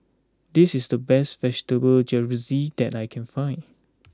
this is the best vegetable Jalfrezi that I can find